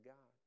God